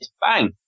Bang